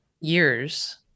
years